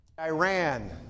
Iran